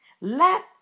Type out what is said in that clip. let